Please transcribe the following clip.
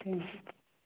thank you